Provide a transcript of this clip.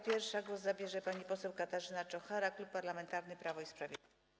Pierwsza głos zabierze pani poseł Katarzyna Czochara, Klub Parlamentarny Prawo i Sprawiedliwość.